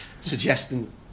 suggesting